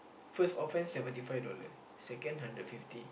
first offence seventy five dollar second hundred fifty